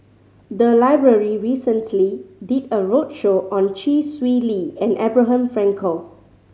the library recently did a roadshow on Chee Swee Lee and Abraham Frankel